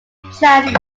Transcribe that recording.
planned